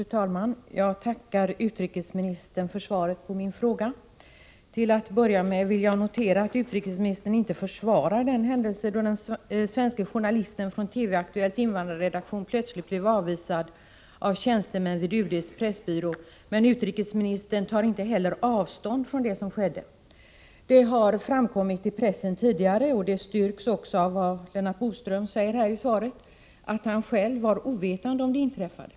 Fru talman! Jag tackar utrikesministern för svaret på min fråga. Till en början vill jag notera att utrikesministern inte försvarar den händelse då den svenske journalisten från TV-Aktuellts invandrarredaktion plötsligt blev avvisad av tjänstemän vid UD:s pressbyrå, men utrikesministern tar inte heller avstånd från det som skedde. Det har framkommit i pressen tidigare — och det styrks också av vad Lennart Bodström säger i sitt svar — att han själv var ovetande om det inträffade.